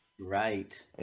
Right